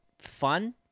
fun